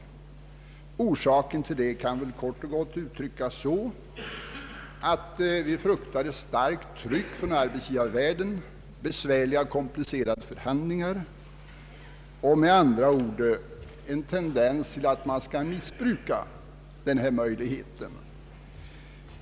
Orsaken kan kort och gott uttryckas så att vi fruktar ett starkt tryck från arbetsgivarvärlden, besvärliga och komplicerade förhandlingar, med andra ord en tendens att man skall missbruka möjligheterna.